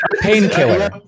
Painkiller